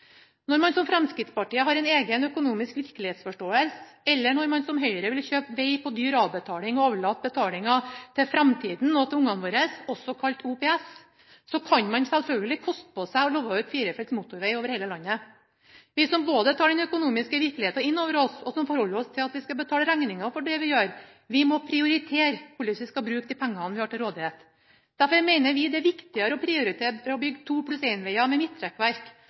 Når man som Fremskrittspartiet har en egen økonomisk virkelighetsforståelse, eller når man som Høyre vil kjøpe veg på dyr avbetaling og overlate betalinga til fremtida og til ungene våre, også kalt OPS, kan man selvfølgelig koste på seg å love firefelts motorveg over hele landet. Vi som både tar den økonomiske virkeligheten innover oss, og som forholder oss til at vi skal betale regninger for det vi gjør, vi må prioritere hvordan vi skal bruke de pengene vi har til rådighet. Derfor mener vi det er viktigere å prioritere å bygge 2+1-veger med midtrekkverk og tofeltsveger med forbikjøringsfelt med midtrekkverk.